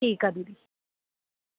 ठीकु आहे दीदी